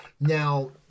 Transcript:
Now